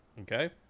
okay